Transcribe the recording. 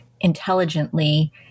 intelligently